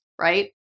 right